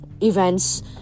events